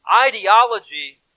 ideology